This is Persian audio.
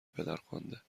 پدرخوانده